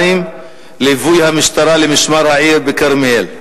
1162: ליווי המשטרה ל"משמר העיר" בכרמיאל.